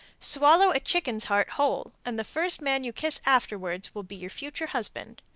swallow a chicken's heart whole, and the first man you kiss afterwards will be your future husband.